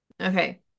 okay